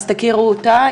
אז תכירו אותה,